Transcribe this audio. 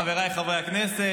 חבריי חברי הכנסת,